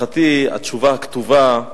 להערכתי, התשובה הכתובה,